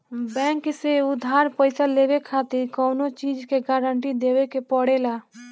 bank से उधार पईसा लेवे खातिर कवनो चीज के गारंटी देवे के पड़ेला